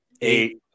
Eight